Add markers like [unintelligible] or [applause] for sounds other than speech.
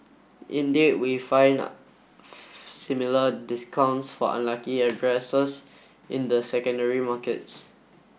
indeed we find [unintelligible] similar discounts for unlucky addresses in the secondary markets